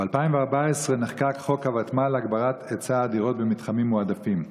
ב-2014 נחקק חוק הוותמ"ל להגברת היצע הדירות במתחמים מועדפים.